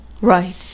Right